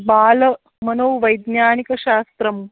बालमनोवैज्ञानिकशास्त्रं